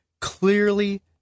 clearly